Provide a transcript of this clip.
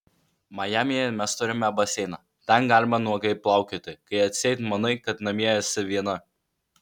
majamyje mes turime baseiną ten galima nuogai plaukioti kai atseit manai kad namie esi viena